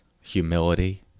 humility